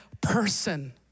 person